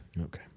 Okay